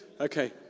Okay